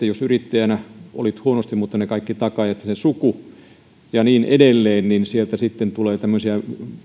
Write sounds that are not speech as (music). (unintelligible) jos yrittäjälle oli käynyt huonosti ja oli ne kaikki takaajat ja se suku ja niin edelleen niin sieltä sitten tuli tämmöisiä